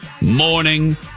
morning